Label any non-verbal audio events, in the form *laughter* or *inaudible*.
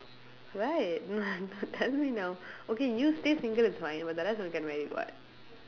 right *laughs* tell me now okay you stay single it's fine but the rest will get married [what]